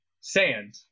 sand